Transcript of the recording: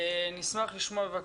אני באמת רוצה לומר לך,